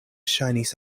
ŝajnis